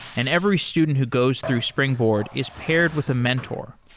and every student who goes through springboard is paired with a mentor,